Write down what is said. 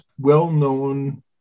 well-known